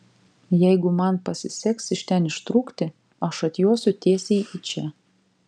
jeigu man pasiseks iš ten ištrūkti aš atjosiu tiesiai į čia